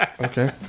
Okay